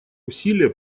усилия